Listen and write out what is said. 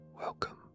Welcome